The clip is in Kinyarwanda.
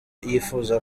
yifuza